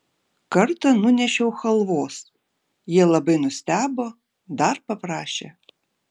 kartą nunešiau chalvos jie labai nustebo dar paprašė